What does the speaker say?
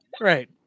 Right